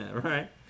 right